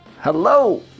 hello